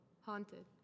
haunted